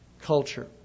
culture